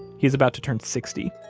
he's about to turn sixty.